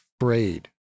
afraid